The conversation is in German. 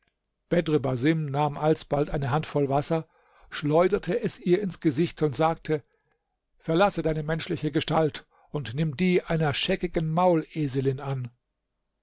nahm alsbald eine handvoll wasser schleuderte es ihr ins gesicht und sagte verlasse deine menschliche gestalt und nimm die einer scheckigen mauleselin an